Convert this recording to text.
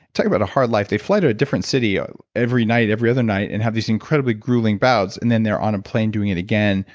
talking about a hard life. they fly to a different city ah every night, every other night and have these incredibly grueling bouts and then they're on a plane doing it again,